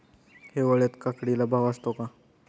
हिवाळ्यात काकडीला भाव असतो का?